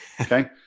okay